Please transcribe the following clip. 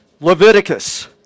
Leviticus